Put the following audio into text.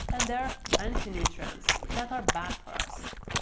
and there are antinutrients, that are bad for us.